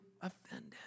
offended